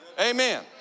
Amen